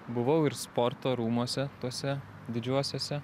buvau ir sporto rūmuose tuose didžiuosiuose